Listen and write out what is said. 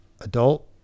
adult